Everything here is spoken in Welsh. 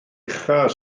uchaf